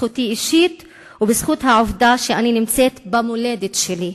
בזכותי אישית ובזכות העובדה שאני נמצאת במולדת שלי,